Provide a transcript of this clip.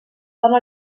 dona